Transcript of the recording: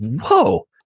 whoa